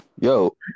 Yo